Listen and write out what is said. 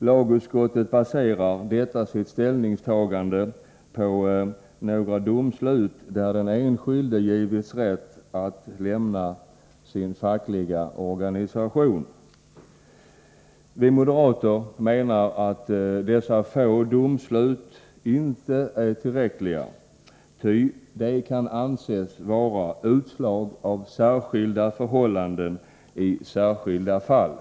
Lagutskottet baserar detta sitt ställningstagande på några domslut där den enskilde givits rätt att lämna sin fackliga organisation. Vi moderater menar att dessa få domslut inte är tillräckliga, ty de kan anses vara utslag av särskilda förhållanden i särskilda fall.